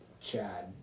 Chad